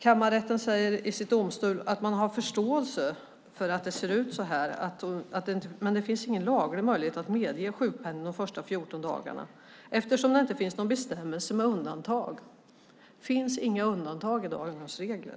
Kammarrätten säger i sitt domslut att man har förståelse för detta men att det inte finns någon laglig möjlighet att medge sjukpenning de första 14 dagarna eftersom det inte finns någon bestämmelse med undantag. Det finns inga undantag i dagens regler.